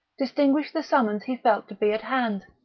distinguish the summons he felt to be at hand?